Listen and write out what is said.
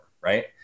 right